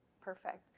Perfect